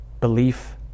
belief